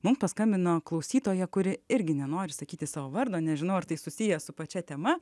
mum paskambino klausytoja kuri irgi nenori sakyti savo vardo nežinau ar tai susiję su pačia tema